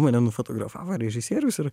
mane nufotografavo režisieriaus ir